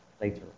later